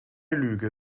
lüge